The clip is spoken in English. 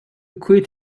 quit